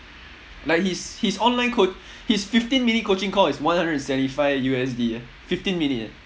like his his online coa~ his fifteen minute coaching call is one hundred and seventy five U_S_D eh fifteen minute eh